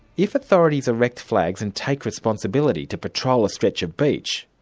if authorities erect flags and take responsibility to patrol a stretch of beach,